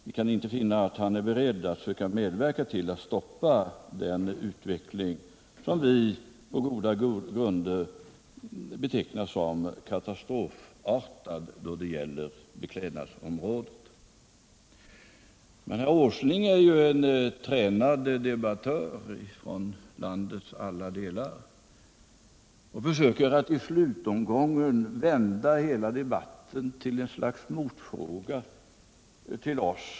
Vi kan inte finna att han är beredd att söka medverka till att stoppa den utveckling som vi på goda grunder betecknar som katastrofartad då det gäller beklädnadsområdet. Men herr Åsling är ju en debattör som är tränad från landets alla delar, och han försöker i slutomgången vända debatten att omfatta en motfråga till oss.